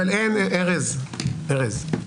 ארז,